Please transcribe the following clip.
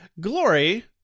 Glory